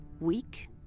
Weak